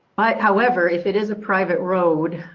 however, if it is a private road,